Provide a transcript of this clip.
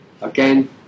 Again